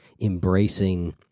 embracing